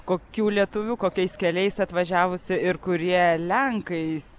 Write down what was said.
kokių lietuvių kokiais keliais atvažiavusių ir kurie lenkais